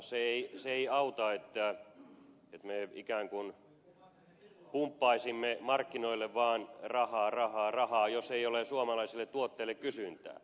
se ei auta että me ikään kuin pumppaisimme markkinoille vaan rahaa rahaa rahaa jos ei ole suomalaisille tuotteille kysyntää